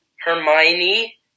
Hermione